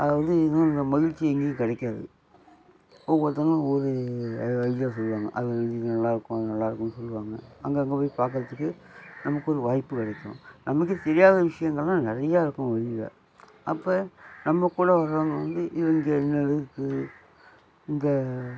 அது வந்து இந்த மகிழ்ச்சி எங்கேயும் கிடைக்காது ஒவ்வொருத்தவங்களும் ஒரு இதை சொல்லுவாங்க அது வந்து இது நல்லா இருக்கும் அது நல்லா இருக்கும்னு சொல்லுவாங்க அங்கே இங்கே போய் பார்க்குறத்துக்கு நமக்கு ஒரு வாய்ப்பு கிடைக்கும் நமக்கு தெரியாத விஷயங்கல்லாம் நிறையா இருக்கும் வெளியில் அப்போ நம்ம கூட வர்றவங்க வந்து இங்கே இன்னது இருக்குது இங்கே